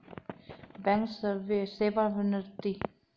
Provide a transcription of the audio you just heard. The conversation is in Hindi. बैंक सेवानिवृत्ति के बाद पदोन्नति और एक स्थिर पेंशन प्रदान करता है